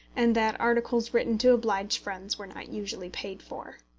and that articles written to oblige friends were not usually paid for.